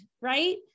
right